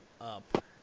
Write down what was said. up